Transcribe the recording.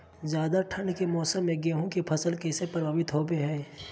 ज्यादा ठंड के मौसम में गेहूं के फसल कैसे प्रभावित होबो हय?